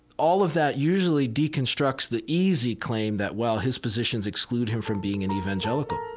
all of that usually deconstructs the easy claim that, well, his positions exclude him from being an evangelical.